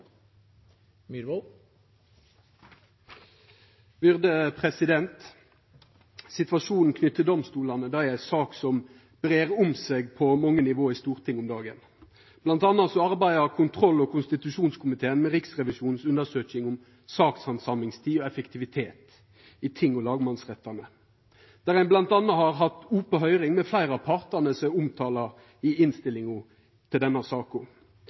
ei sak som breier om seg på mange nivå i Stortinget om dagen. Blant anna arbeider kontroll- og konstitusjonskomiteen med Riksrevisjonens undersøking av sakshandsamingstid og effektivitet i ting- og lagmannsrettane, der ein bl.a. har hatt opa høyring med fleire av partane som er omtala i innstillinga til denne saka.